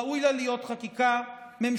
ראוי לה להיות חקיקה ממשלתית,